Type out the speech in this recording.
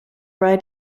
ride